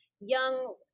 young